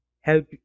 help